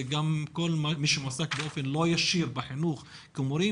וגם כל מי שמועסק באופן לא ישיר בחינוך כמורה,